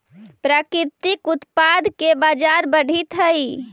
प्राकृतिक उत्पाद के बाजार बढ़ित हइ